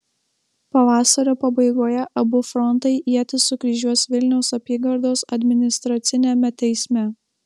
pavasario pabaigoje abu frontai ietis sukryžiuos vilniaus apygardos administraciniame teisme